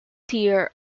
tier